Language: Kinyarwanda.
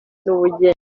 n’ubugeni